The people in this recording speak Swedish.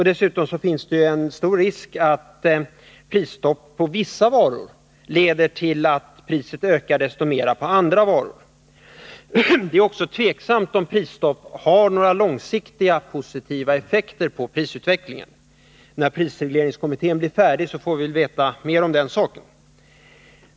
Dessutom finns det en stor risk för att prisstopp på vissa varor leder till att priserna ökar desto mera på andra varor. Det är också tveksamt om prisstopp har några långsiktiga positiva effekter på prisutvecklingen. När prisregleringskommittén blir färdig får vi väl veta mer om den saken.